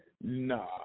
Nah